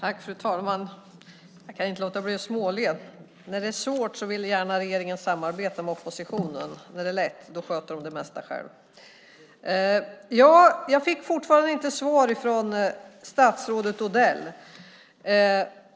Fru talman! Jag kan inte låta bli att småle. När det är svårt vill regeringen gärna samarbeta med oppositionen, när det är lätt sköter de det mesta själva. Jag fick fortfarande inte svar från statsrådet Odell.